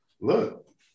look